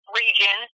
region